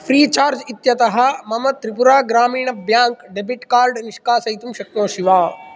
Freecharge इत्यतः मम त्रिपुरा ग्रामीणब्याङ्क् डेबिट् कार्ड् निष्कासयितुं शक्नोषि वा